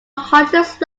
hottest